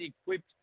equipped